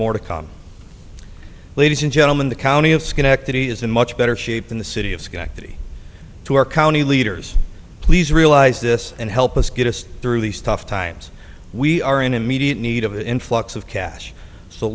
more to come ladies and gentlemen the county of schenectady is in much better shape than the city of schenectady to our county leaders please realize this and help us get us through these tough times we are in immediate need of an influx of cash so